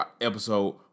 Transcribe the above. episode